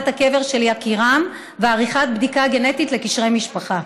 הקבר של יקירם ועריכת בדיקה גנטית לקשרי משפחה.